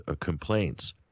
complaints